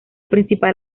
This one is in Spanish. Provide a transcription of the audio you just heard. principal